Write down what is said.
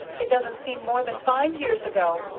it doesn't seem more than five years ago,